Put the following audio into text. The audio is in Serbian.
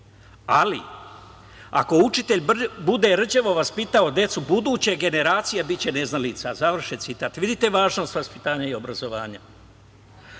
ali ako učitelj bude rđavo vaspitao decu buduće genaricija biće neznalica“. Vidite važnost vaspitanja i obrazovanja.